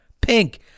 Pink